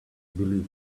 believe